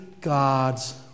God's